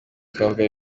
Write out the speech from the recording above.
twavuga